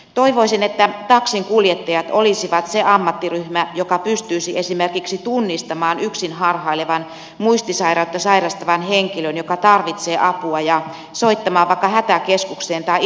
toivoisin että taksinkuljettajat olisivat se ammattiryhmä joka pystyisi esimerkiksi tunnistamaan yksin harhailevan muistisairautta sairastavan henkilön joka tarvitsee apua ja soittamaan vaikka hätäkeskukseen tai ilmoittamaan asiasta